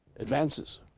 advances.